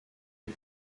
est